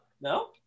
No